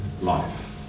life